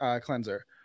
cleanser